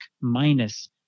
minus